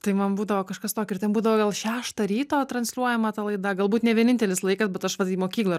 tai man būdavo kažkas tokio ir ten būdavo gal šeštą ryto transliuojama ta laida galbūt ne vienintelis laikas bet aš mokyklą